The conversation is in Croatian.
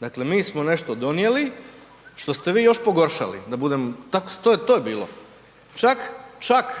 Dakle mi smo nešto donijeli što ste vi još pogoršali, da bude, to je bilo, čak